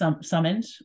summoned